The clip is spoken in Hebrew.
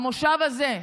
המושב הזה,